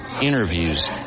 interviews